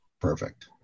perfect